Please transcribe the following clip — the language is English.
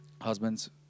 Husbands